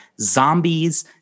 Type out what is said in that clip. zombies